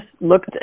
looked